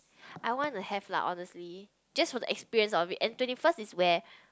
I wanna have lah honestly just for the experience of it and twenty first is where